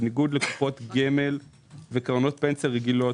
בניגוד לקופות גמל וקרנות פנסיה רגילות,